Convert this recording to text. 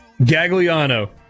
Gagliano